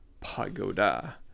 pagoda